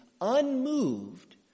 unmoved